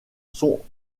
sont